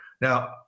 Now